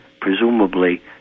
presumably